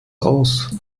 aus